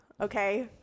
okay